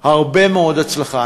הרבה מאוד הצלחה.